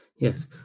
Yes